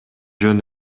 жөн